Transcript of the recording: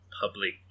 public